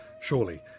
surely